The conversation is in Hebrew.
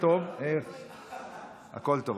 הכול טוב.